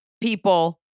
people